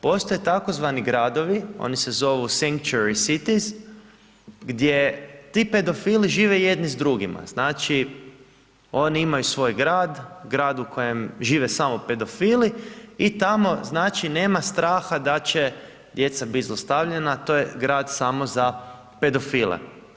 Postoje tzv. gradovi, oni se zovu sencure sites gdje ti pedofili žive jedni s drugima, znači oni imaju svoj grad, grad u kojem žive samo pedofili i tamo znači nema straha da će djeca biti zlostavljana, to je grad samo za pedofile.